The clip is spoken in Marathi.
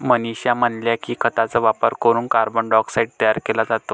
मनीषा म्हणाल्या की, खतांचा वापर करून कार्बन डायऑक्साईड तयार केला जातो